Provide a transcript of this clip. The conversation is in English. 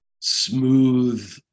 smooth